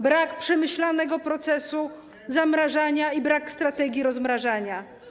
Brak przemyślanego procesu zamrażania i brak strategii rozmrażania.